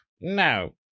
no